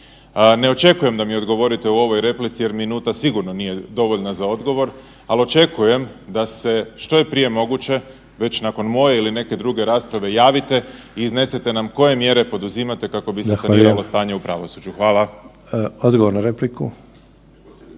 Ne očekujem da mi odgovorite u ovoj replici jer minuta sigurno nije dovoljna za odgovor, ali očekujem da se što je prije moguće već nakon moje ili neke druge rasprave javite i iznesete nam koje mjere poduzimate kako biti saniralo stanje u pravosuđu. Hvala. **Sanader,